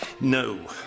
no